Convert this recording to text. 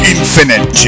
Infinite